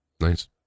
nice